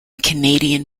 canadian